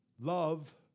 Love